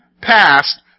past